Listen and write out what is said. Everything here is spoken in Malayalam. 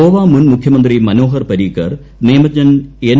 ഗോവ മുൻ മുഖ്യമന്ത്രി മനോഹർ പരീക്കർ നിയമജ്ഞൻ എൻ